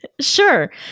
Sure